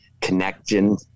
connection